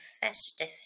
festive